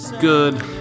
good